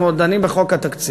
אנחנו עוד דנים בחוק התקציב.